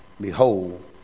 Behold